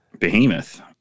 Behemoth